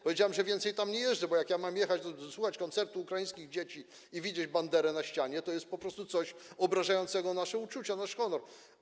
Powiedziałem, że więcej tam nie będę jeździć, bo jak ja mam jechać i słuchać koncertu ukraińskich dzieci, i widzieć Banderę na ścianie, to jest to po prostu coś obrażającego nasze uczucia, nasz honor.